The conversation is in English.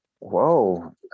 whoa